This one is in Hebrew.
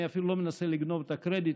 אני אפילו לא מנסה לגנוב את הקרדיט,